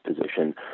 position